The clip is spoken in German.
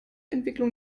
entwicklung